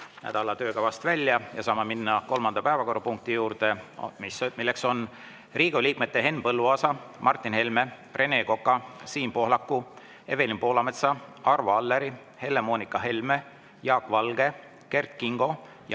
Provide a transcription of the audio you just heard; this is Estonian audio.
nädala töökavast välja. Saame minna kolmanda päevakorrapunkti juurde, milleks on Riigikogu liikmete Henn Põlluaasa, Martin Helme, Rene Koka, Siim Pohlaku, Evelin Poolametsa, Arvo Alleri, Helle-Moonika Helme, Jaak Valge, Kert Kingo ja